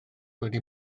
wedi